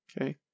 okay